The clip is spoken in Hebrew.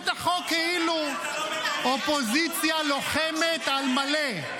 את החוק כאילו אופוזיציה לוחמת על מלא.